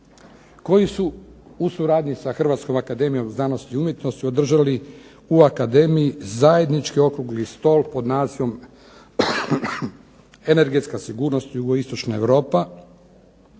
koji su u suradnji sa Hrvatskom akademijom znanosti i umjetnosti održali u akademiji zajednički okrugli stol pod nazivom Energetska sigurnost jugoistočna Europa.